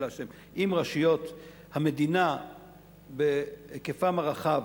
אם רשויות המדינה, בהיקפן הרחב,